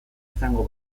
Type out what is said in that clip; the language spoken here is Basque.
izango